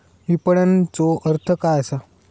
विपणनचो अर्थ काय असा?